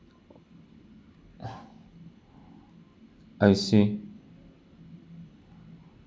I see